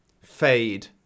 fade